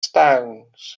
stones